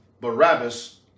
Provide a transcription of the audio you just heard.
Barabbas